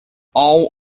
all